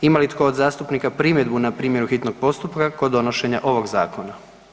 Ima li tko od zastupnika primjedbu na primjenu hitnog postupka kod donošenja ovog zakona?